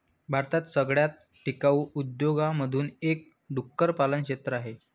भारतात सगळ्यात टिकाऊ उद्योगांमधून एक डुक्कर पालन क्षेत्र आहे